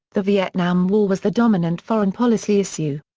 the vietnam war was the dominant foreign policy issue.